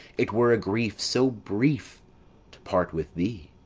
it were a grief so brief to part with thee.